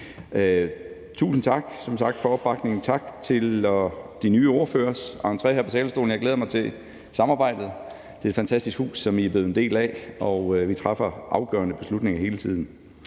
som sagt for opbakningen. Tak til de nye ordførere for entréen her på talerstolen. Jeg glæder mig til samarbejdet. Det er et fantastisk hus, som I er blevet en del af, og vi træffer afgørende beslutninger hele tiden.